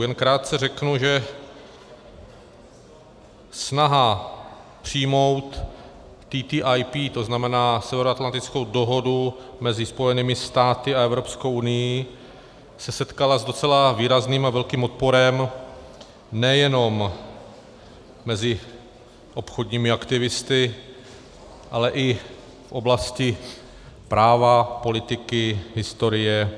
Jen krátce řeknu, že snaha přijmout TTIP, to znamená Severoatlantickou dohodu mezi Spojenými státy a Evropskou unií, se setkala s docela výrazným a velkým odporem nejenom mezi obchodními aktivisty, ale i v oblasti práva, politiky, historie...